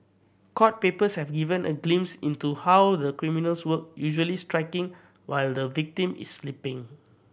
court papers have given a glimpse into how the criminals work usually striking while the victim is sleeping